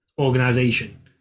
organization